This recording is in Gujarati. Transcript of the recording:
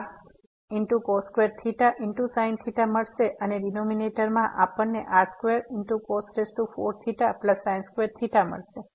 તેથી r sin મળશે અને ડીનોમીનેટરમાં આપણને r2 મળશે